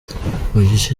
gice